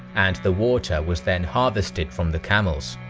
and the water was then harvested from the camels.